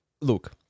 look